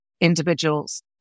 individuals